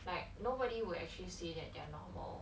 like nobody will actually say that they're normal